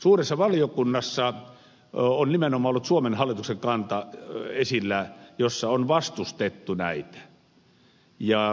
suuressa valiokunnassa on ollut esillä nimenomaan suomen hallituksen kanta jossa on vastustettu näitä